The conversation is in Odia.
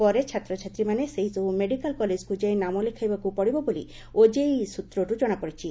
ପରେ ଛାତ୍ରଛାତ୍ରୀମାନେ ସେହିସବୁ ମେଡ଼ିକାଲ କଲେଜକୁ ଯାଇ ନାମ ଲେଖାଇବାକୁ ପଡ଼ିବ ବୋଲି ଓଜେଇଇ ସୂତ୍ରରୁ ଜଣାପଡ଼ିଛି